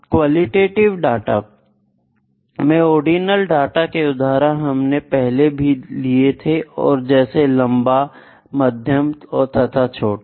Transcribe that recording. qualitative data में ordinal data के उदाहरण हमने पहले भी लिए थे जैसे लंबा मध्यम तथा छोटा